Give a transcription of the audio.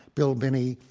bill binney,